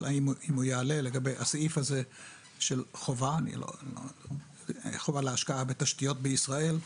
אבל אם הוא יעלה לגבי הסעיף הזה של חובה להשקעה בתשתיות בישראל,